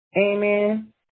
amen